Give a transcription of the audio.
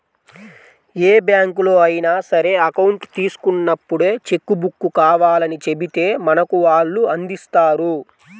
ఏ బ్యాంకులో అయినా సరే అకౌంట్ తీసుకున్నప్పుడే చెక్కు బుక్కు కావాలని చెబితే మనకు వాళ్ళు అందిస్తారు